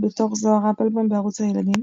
בתור זהר אפלבוים בערוץ הילדים.